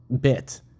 bit